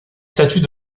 statuts